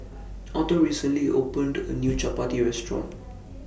Autumn recently opened A New Chappati Restaurant